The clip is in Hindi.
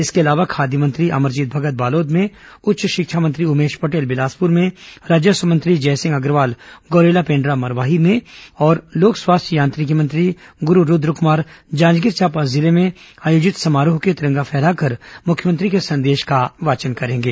इसके अलावा खाद्य मंत्री अमरजीत भगत बालोद में उच्च शिक्षा मंत्री उमेश पटेल बिलासपुर में राजस्व मंत्री जयसिंह अग्रवाल गौरेला पेण्ड्रा मारवाही में और लोक स्वास्थ्य यांत्रिकी मंत्री गुरू रूद्रकुमार जांजगीर चांपा जिले में आयोजित समारोह के तिरंगा फहराकर मुख्यमंत्री के संदेश का वाचन करेंगे